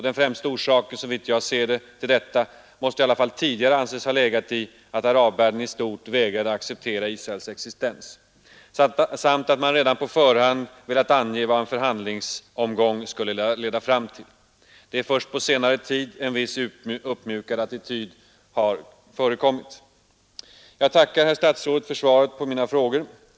Den främsta orsaken till detta måste, såvitt jag ser det, anses ha varit att arabvärlden i stort vägrat acceptera Israels existens samt att man redan på förhand velat ange vad en förhandlingsomgång skulle leda fram till. Det är först på senare tid en viss uppmjukad attityd förekommit. Jag tackar utrikesministern för svaret på mina frågor.